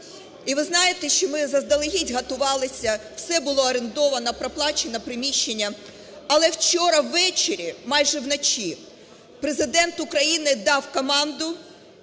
І ви знаєте, що ми заздалегідь готувалися, все було орендовано, проплачено приміщення. Але вчора ввечері, майже вночі, Президент України дав команду